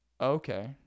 okay